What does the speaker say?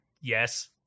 yes